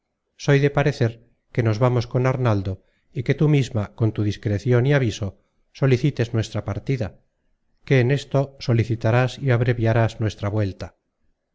soy de parecer que nos vamos con arnaldo y que tú misma con tu discrecion y aviso solicites nuestra partida que en esto solicitarás y abreviarás nuestra vuelta